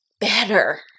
better